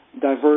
diverse